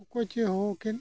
ᱚᱠᱚᱭ ᱪᱚᱭ ᱦᱚᱦᱚ ᱠᱮᱫ